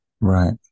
Right